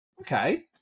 Okay